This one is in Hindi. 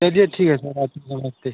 चलिए ठीक है सर आते नमस्ते